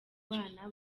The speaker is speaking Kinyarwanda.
bana